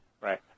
Right